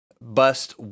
Bust